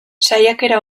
saiakera